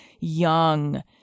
young